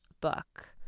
book